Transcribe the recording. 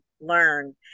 learn